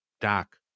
Doc